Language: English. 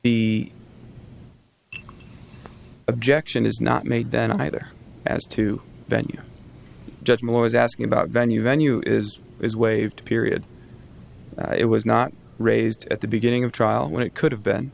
the objection is not made then either as to venue judge moore was asking about venue venue is is waived period it was not raised at the beginning of trial when it could have been